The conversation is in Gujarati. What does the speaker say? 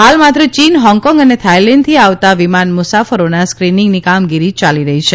હાલ માત્ર ચીન હોંગકોંગ અને થાઈલેન્ડથી આવતા વિમાન મુસાફરોના સ્કિનિંગની કામગીરી ચાલી રહી છે